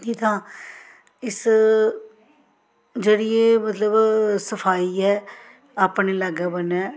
ते तां इस जेह्ड़ी एह् मतलब सफाई ऐ अपने लाग्गै बन्नै